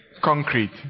concrete